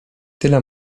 tyle